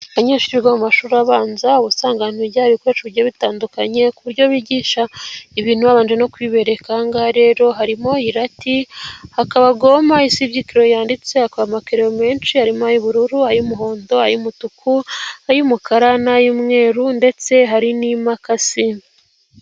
Abanyeshuri biga mu mashuri abanza, uba usanga ahantu bigira hari ibikoresho bigiye bitandukanye, ku buryo bigisha ibintu babanje no kubibereka. Aha ngaha rero harimo irati ,hakaba goma isibya ikereyo yanditse, hakaba amakereyo menshi , arimo ay'ubururu, ay'umuhondo ,ay'umutuku, ay'umukara ,n'ay'umweru, ndetse hari n'imakasi.